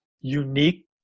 unique